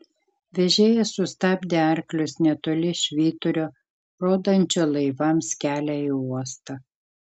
vežėjas sustabdė arklius netoli švyturio rodančio laivams kelią į uostą